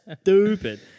stupid